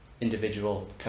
individual